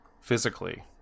physically